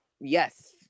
yes